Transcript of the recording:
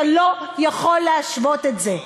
אתה לא יכול להשוות את זה.